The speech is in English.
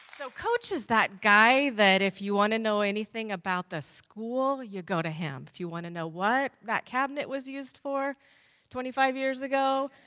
so, coach is that guy that if you want to know anything about the school you go to him. if you want to know what that cabinet was used for twenty five years ago